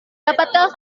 dapatkah